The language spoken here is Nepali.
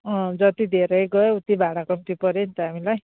अंँ जति धेरै गयो उति भाडा कम्ती पऱ्यो नि त हामीलाई